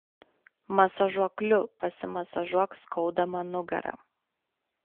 masažuokliu pasimasažuok skaudamą nugarą